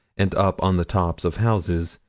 and up on the tops of houses,